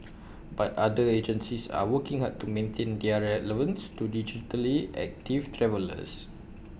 but other agencies are working hard to maintain their relevance to digitally active travellers